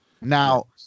now